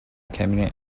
cabinet